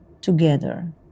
together